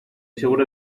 seguro